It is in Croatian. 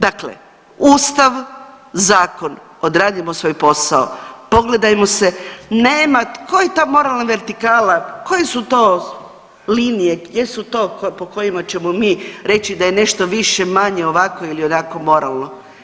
Dakle, ustav, zakon, odradimo svoj posao, pogledajmo se, nema, tko je to moralna vertikala, koje su to linije, gdje su to po kojima ćemo mi reći da je nešto više-manje, ovako ili onako moralno.